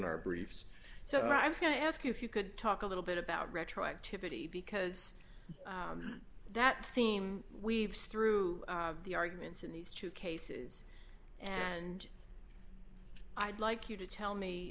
our briefs so i was going to ask if you could talk a little bit about retroactivity because that theme weaves through the arguments in these two cases and i'd like you to tell me